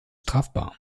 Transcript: strafbar